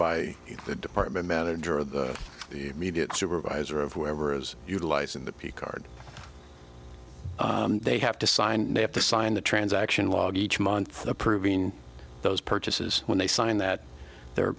by the department manager of the media the supervisor of whoever is utilizing the p card they have to sign they have to sign the transaction log each month approving those purchases when they sign that they're